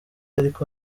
ariko